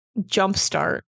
jumpstart